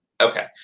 Okay